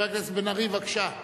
חבר הכנסת בן-ארי, בבקשה.